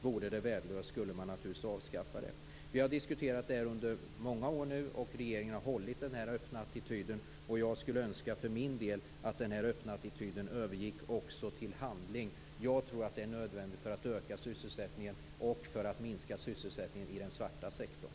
Vore det värdelöst hade man naturligtvis avskaffat det. Vi har diskuterat den här frågan under många år nu, och regeringen har hållit en öppen attityd. Jag skulle för min del önska att den öppna attityden också övergick till handling. Jag tror att det är nödvändigt för att öka sysselsättningen och för att minska sysselsättningen i den svarta sektorn.